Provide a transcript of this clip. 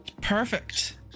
Perfect